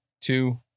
two